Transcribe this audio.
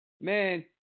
man